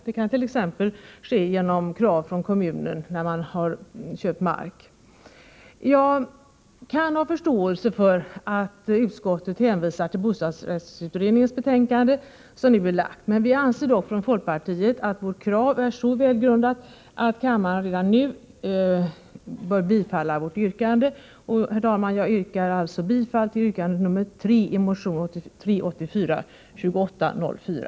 Det kan t.ex. ske genom krav från kommunen, när man har köpt mark. Jag kan ha förståelse för att utskottet hänvisar till bostadsrättsutredningens betänkande, som nu är lagt. Vi anser dock från folkpartiets sida att vårt krav är så välgrundat att kammaren redan nu bör biträda vårt yrkande. Jag yrkar alltså, herr talman, bifall till yrkandet nr 3i motion 1984/85:2804.